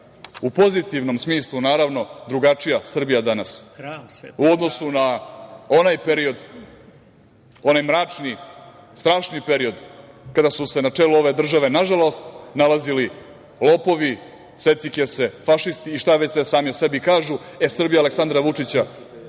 u pozitivnom smislu naravno, drugačija Srbija danas u odnosu na onaj mračni, strašni period kada su se na čelu ove države nažalost nalazili lopovi, secikese, fašisti i šta već sve sami o sebi kažu, e Srbija Aleksandra Vučića